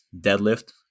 deadlift